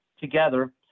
together